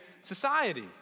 society